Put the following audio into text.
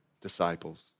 disciples